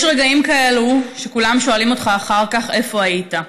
יש רגעים כאלה שכולם שואלים אותך איפה היית: